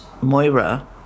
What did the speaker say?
Moira